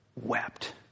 Wept